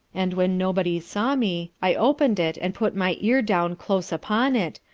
and when nobody saw me, i open'd it and put my ear down close upon it,